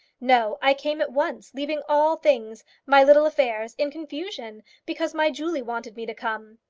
no i came at once, leaving all things my little affairs in confusion, because my julie wanted me to come!